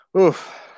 Oof